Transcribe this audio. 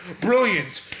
Brilliant